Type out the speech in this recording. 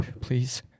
please